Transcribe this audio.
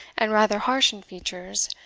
and rather harsh in features,